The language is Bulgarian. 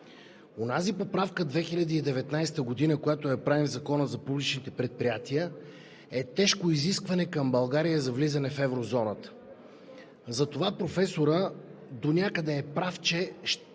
Онази поправка 2019 г., която я правим в Закона за публичните предприятия, е тежко изискване към България за влизане в еврозоната. Затова професорът донякъде е прав, че щяха